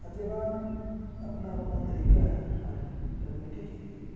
ہر جگہ اپنا اپنا طریقہ ہے ہر کمیونٹی کے لیے